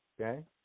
Okay